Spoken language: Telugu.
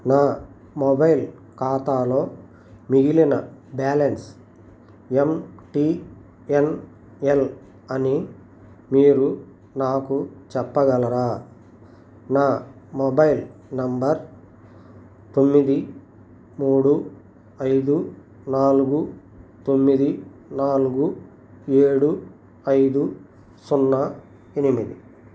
నా మొబైల్ ఖాతాలో మిగిలిన balance M T N L అని మీరు నాకు చెప్పగలరా నా మొబైల్ నంబర్ తొమ్మిది మూడు ఐదు నాలుగు తొమ్మిది నాలుగు ఏడు ఐదు సున్నా ఎనిమిది